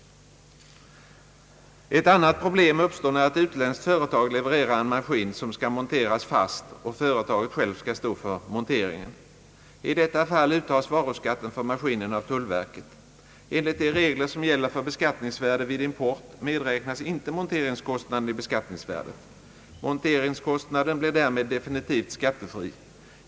Ett annat problem uppstår när ett utländskt företag levererar en maskin som skall monteras fast och företaget självt skall stå för monteringen. I detta fall uttas varuskatten för maskin av tullverket. Enligt de regler som gäller för beskattningsvärdet vid import medräknas inte monteringskostnaden i beskattningsvärdet. Monteringskostnaden blir därmed definitivt skattefri.